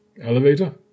elevator